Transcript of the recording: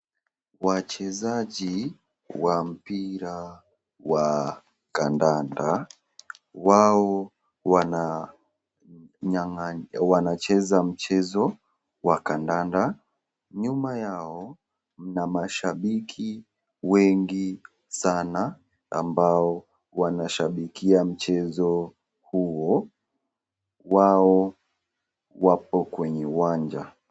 Wachezaji wa mpira wa kandanda, wao wanacheza mchezo wa kandanda. Nyuma yao mna mashabiki wengi sana ambao wanashabikia mchezo huo, wao wapo kwenye uwanja.